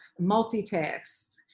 Multitasks